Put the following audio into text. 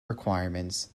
requirements